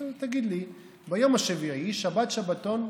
תגיד לי: ביום השביעי שבת שבתון.